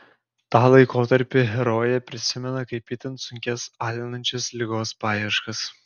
tą laikotarpį herojė prisimena kaip itin sunkias alinančios ligos paieškas